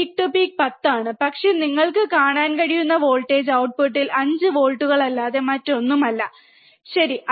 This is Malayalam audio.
പീക്ക് ടു പീക്ക് 10 ആണ് പക്ഷേ നിങ്ങൾക്ക് കാണാൻ കഴിയുന്ന വോൾട്ടേജ് ഔട്ട്പുട്ടിൽ 5 വോൾട്ടുകളല്ലാതെ മറ്റൊന്നുമില്ല ശരി